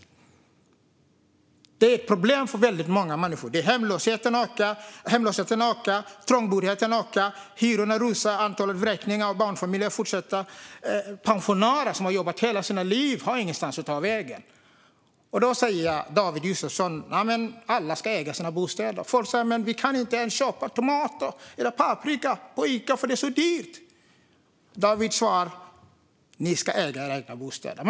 Detta är ett problem för många människor. Hemlösheten ökar, trångboddheten ökar, hyrorna rusar, antalet vräkningar av barnfamiljer fortsätter och pensionärer som har jobbat hela livet har ingenstans att ta vägen. Då säger David Josefsson att alla ska äga sina bostäder. Folk säger att de inte ens kan köpa tomater eller paprika på Ica därför att det är så dyrt. David Josefssons svar är att de ska äga sina egna bostäder.